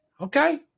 okay